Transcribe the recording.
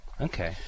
Okay